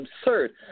absurd